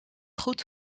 goed